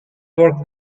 work